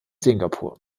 singapur